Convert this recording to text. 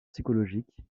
psychologiques